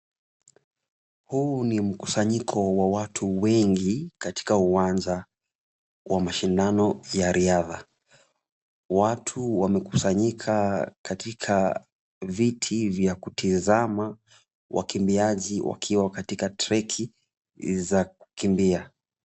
Huu ni mkusanyiko wa watu wengi katika uwanja wa mashindano ya riadha. Watu wamekusanyika katika viti vya kutazama wakimbiaji wakiwa katika treki za kukimbia.